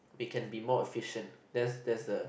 we can be more efficient that's that's the